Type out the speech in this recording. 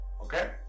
okay